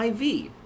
IV